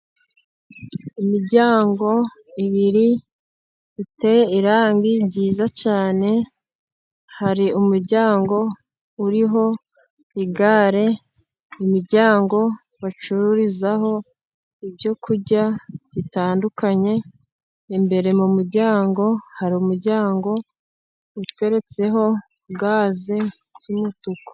Imiryango ebyiri ifite irangi ryiza cyane, hari umuryango uriho igare imiryango bacururizaho ibyokurya bitandukanye, imbere mu muryango hari umuryango uteretseho gaze y'umutuku.